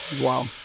Wow